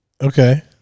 Okay